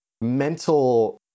mental